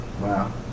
Wow